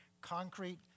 concrete